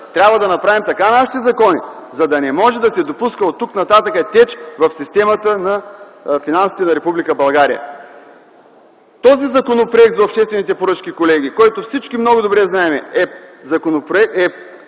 трябва да направим така нашите закони, че да не може да се допуска оттук нататък теч в системата на финансите на Република България. Този Законопроект за обществените поръчки, колеги, който всички много добре знаем, е законопроект,